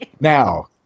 Now